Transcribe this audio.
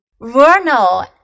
Vernal